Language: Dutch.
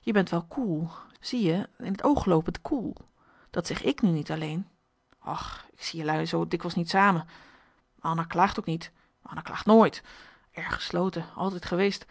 je bent wel koel zie je in t oog loopend koel dat zeg ik nu niet alleen och ik zie jelui zoo dikwijls niet samen anna klaagt ook niet anna klaagt nooit erg gesloten altijd geweest